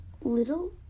little